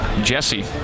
Jesse